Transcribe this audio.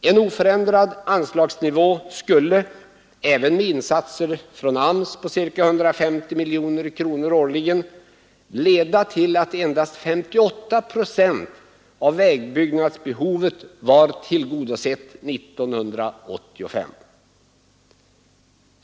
En oförändrad anslagsnivå skulle, även med insatser från AMS på ca 150 miljoner kronor årligen, leda till att endast 58 procent av vägbyggnadsbehovet var tillgodosett 1985.